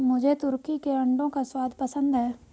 मुझे तुर्की के अंडों का स्वाद पसंद है